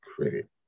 credit